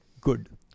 good